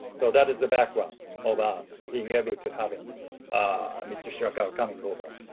so that is the background of us being able to having mr. shirakawa coming over.